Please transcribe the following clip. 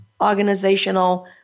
organizational